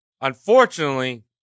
unfortunately